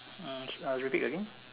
hmm uh repeat again